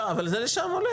זה הולך לשם.